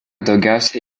daugiausia